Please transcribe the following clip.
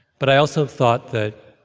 but i also thought that